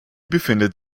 befindet